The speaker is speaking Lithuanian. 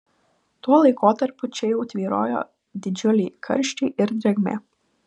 tuo laikotarpiu čia jau tvyrojo didžiuliai karščiai ir drėgmė